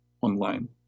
online